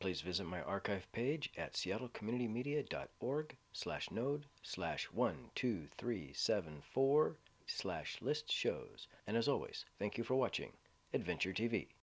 please visit my archive page at seattle community media dot org slash node slash one two three seven four slash list shows and as always thank you for watching adventure t